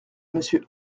monsieur